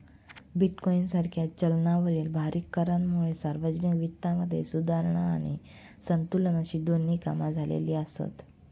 bitcoin सारख्या चलनावरील भारी करांमुळे सार्वजनिक वित्तामध्ये सुधारणा आणि संतुलन अशी दोन्ही कामा झालेली आसत